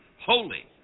holy